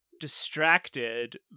distracted